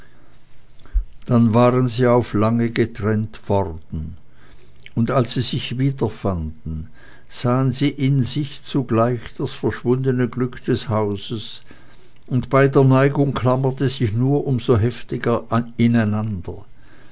dann waren sie auf lange getrennt worden und als sie sich wiederfanden sahen sie in sich zugleich das verschwundene glück des hauses und beider neigung klammerte sich nur um so heftiger ineinander